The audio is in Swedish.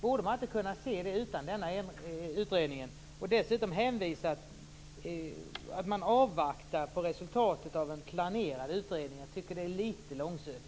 Borde man inte kunna se det utan denna utredning? Dessutom hänvisar Björn Ericson till att man avvaktar resultatet av en planerad utredning. Jag tycker att det är litet långsökt.